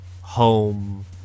home